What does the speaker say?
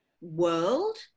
world